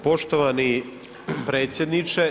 Poštovani predsjedniče.